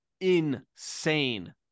insane